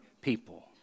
people